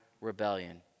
rebellion